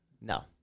No